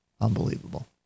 Unbelievable